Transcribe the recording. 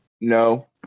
No